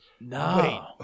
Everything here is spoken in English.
No